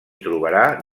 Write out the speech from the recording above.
trobarà